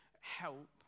help